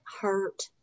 hurt